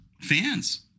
fans